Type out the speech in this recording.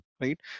right